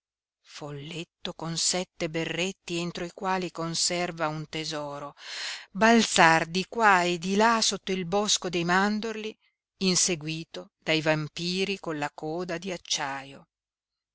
folletto con sette berretti entro i quali conserva un tesoro balzar di qua e di là sotto il bosco di mandorli inseguito dai vampiri con la coda di acciaio